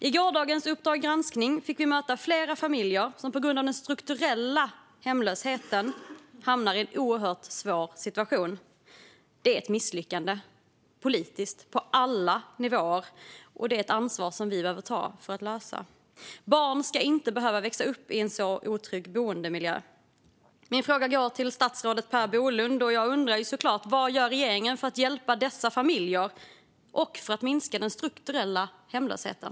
I gårdagens Uppdrag g ranskning fick vi möta flera familjer som på grund av den strukturella hemlösheten hamnat i en mycket svår situation. Det är ett politiskt misslyckande på alla nivåer, och vi måste ta vårt ansvar för att lösa detta. Barn ska inte behöva växa upp i en sådan otrygg boendemiljö. Min fråga går till statsrådet Per Bolund: Vad gör regeringen för att hjälpa dessa familjer och för att minska den strukturella hemlösheten?